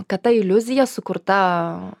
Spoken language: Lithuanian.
kad ta iliuzija sukurta